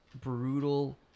brutal